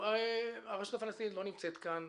הרשות הפלסטינית לא נמצאת כאן,